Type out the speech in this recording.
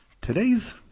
Today's